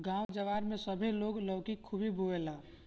गांव जवार में सभे लोग लौकी खुबे बोएला